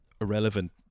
irrelevant